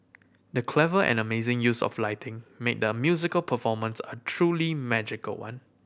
the clever and amazing use of lighting made the musical performance a truly magical one